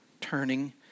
turning